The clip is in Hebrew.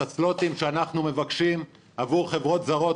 את הסלוטים שאנחנו מבקשים עבור חברות זרות,